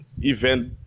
event